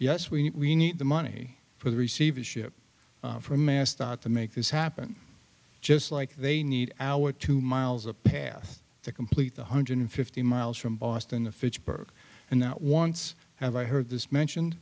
yes we need the money for the receivership for mass start to make this happen just like they need our two miles a path to complete one hundred fifty miles from boston the fitchburg and not once have i heard this mentioned